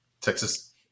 Texas